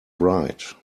write